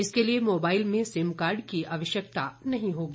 इसके लिए मोबाइल में सिम कार्ड की आवश्यकता नहीं होगी